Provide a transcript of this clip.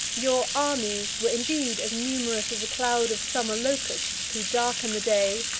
your armies were indeed as numerous as a cloud of summer locusts, who darken the day,